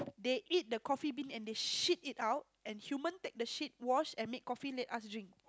they eat the Coffee Bean and they shit it out and human take the shit wash and make coffee let us drink